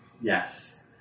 Yes